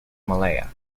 malaya